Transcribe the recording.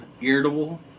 irritable